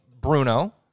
Bruno